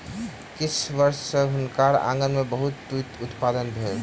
किछ वर्ष सॅ हुनकर आँगन में बहुत तूईत उत्पादन भेल